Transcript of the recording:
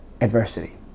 adversity